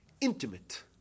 intimate